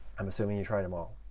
i'm assuming you tried them all.